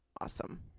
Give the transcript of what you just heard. awesome